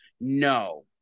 No